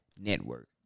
network